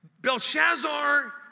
Belshazzar